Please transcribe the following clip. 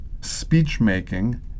speech-making